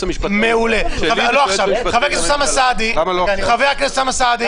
המשפטי של הכנסת והיועץ המשפטי של הממשלה.